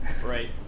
Right